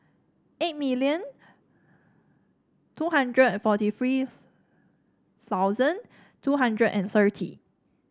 eight million two hundred and forty three thousand two hundred and thirty